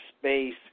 space